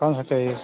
कौन सा चाहिए